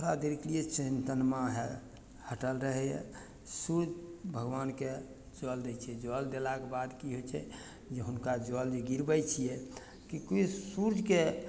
थोड़ा देरके लिए चिन्तनमाँ हइ हटल रहइए सूर्य भगवानके जल दै छियै जल देलाके बाद की होइ छै जे हुनका जल जे गिरबय छियै किएक कि सुर्यके